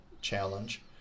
challenge